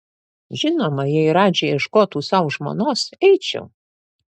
žinoma jei radži ieškotų sau žmonos eičiau